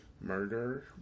Murder